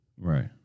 right